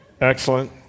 excellent